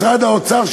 משרד האוצר,